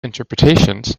interpretations